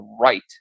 right